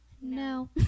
No